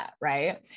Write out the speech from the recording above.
Right